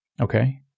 Okay